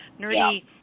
nerdy